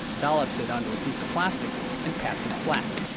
dollops it onto a piece of plastic and pats it flat